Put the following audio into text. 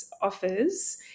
offers